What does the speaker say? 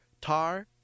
tar